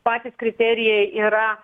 patys kriterijai yra